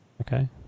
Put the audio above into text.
okay